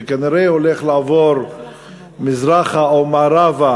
וכנראה הוא הולך לעבור מזרחית או מערבית